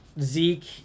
Zeke